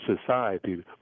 society